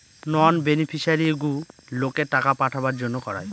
নন বেনিফিশিয়ারিগুলোকে টাকা পাঠাবার জন্য করায়